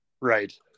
Right